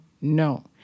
no